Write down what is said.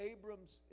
Abram's